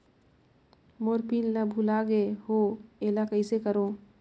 मोर PIN ला भुला गे हो एला कइसे करो?